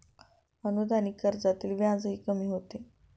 अनुदानित कर्जातील व्याजही कमी होते